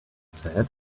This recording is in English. said